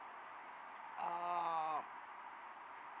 um